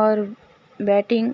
اور بیٹنگ